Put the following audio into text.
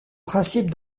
principe